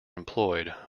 employed